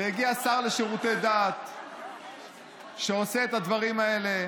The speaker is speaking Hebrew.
והגיע שר לשירותי דת שעושה את הדברים האלה,